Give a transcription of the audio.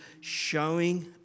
showing